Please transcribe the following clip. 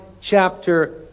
chapter